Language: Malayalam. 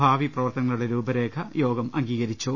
ഭാവി പ്രവർത്തനങ്ങളുടെ രൂപരേഖ യോഗം അംഗീ കരിച്ചു